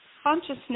consciousness